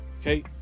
okay